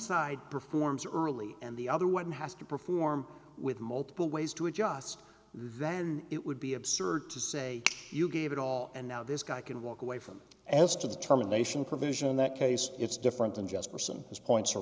side performs early and the other one has to perform with multiple ways to adjust that it would be absurd to say you gave it all and now this guy can walk away from as to the termination provision in that case it's different than jesperson his points are